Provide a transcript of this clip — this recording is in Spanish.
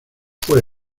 fue